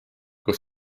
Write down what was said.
kus